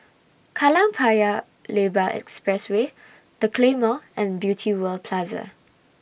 Kallang Paya Lebar Expressway The Claymore and Beauty World Plaza